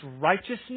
righteousness